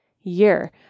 year